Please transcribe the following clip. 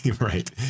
Right